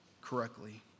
correctly